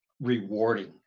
rewarding